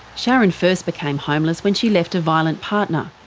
sharron first became homeless when she left a violent partner.